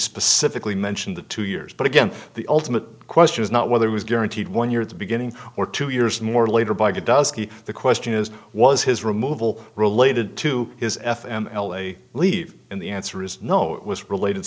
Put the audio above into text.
specifically mentioned the two years but again the ultimate question is not whether it was guaranteed one year at the beginning or two years more later by god does the question is was his removal related to his f m l a leave and the answer is no it was related